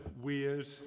weird